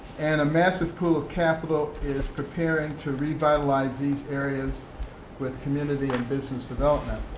and a massive pool of capital is preparing to revitalize these areas with community and business development.